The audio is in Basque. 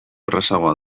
errazagoa